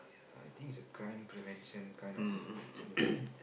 ya I think it's a crime prevention kind of thing right